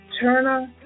Turner